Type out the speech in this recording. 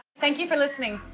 thank you for listening.